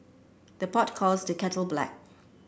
the pot calls the kettle black